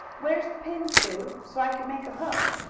where's the pin, sue? so i can make a hook.